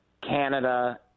canada